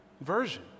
version